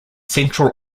central